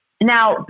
now